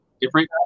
different